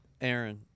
Aaron